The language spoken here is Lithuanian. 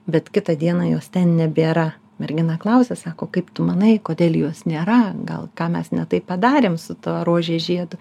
bet kitą dieną jos ten nebėra mergina klausia sako kaip tu manai kodėl jos nėra gal ką mes ne taip padarėm su tuo rožės žiedu